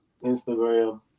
Instagram